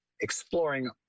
exploring